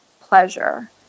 pleasure